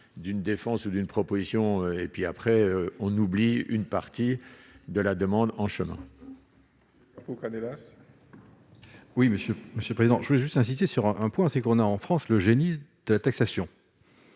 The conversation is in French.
d'une défense d'une proposition et puis après on oublie une partie de la demande en chemin. Au Canada. Oui monsieur, monsieur le président je vais juste insister sur un point, c'est qu'on a en France, le génie de la taxation.